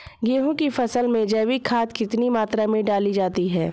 गेहूँ की फसल में जैविक खाद कितनी मात्रा में डाली जाती है?